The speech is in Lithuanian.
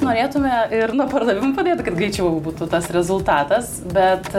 norėtume ir nuo pardavimų pradėt kad greičiau būtų tas rezultatas bet